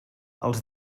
els